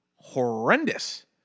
horrendous